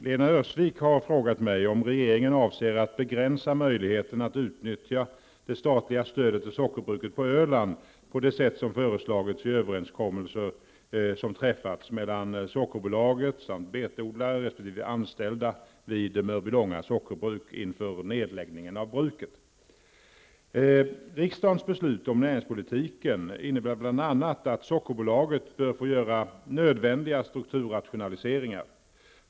Lena Öhrsvik har frågat mig om regeringen avser att begränsa möjligheten att utnyttja det statliga stödet till sockerbruket på Öland på det sätt som föreslagits i överenskommelser som träffats mellan Riksdagens beslut om näringspolitiken innebär bl.a. att Sockerbolaget bör få göra nödvändiga strukturrationaliseringar.